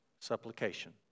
supplication